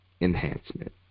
enhancement